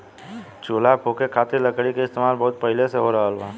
चूल्हा फुके खातिर लकड़ी के इस्तेमाल बहुत पहिले से हो रहल बा